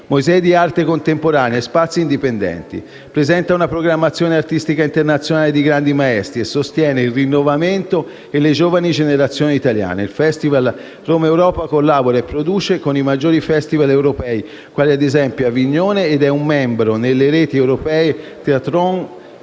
musei di arte contemporanea e spazi indipendenti. Presenta una programmazione artistica internazionale di grandi maestri e sostiene il rinnovamento e le giovani generazioni italiane. Il Festival Romaeuropa collabora e produce con i maggiori festival europei, quali ad esempio Avignone, ed è membro nelle reti europee Theatron,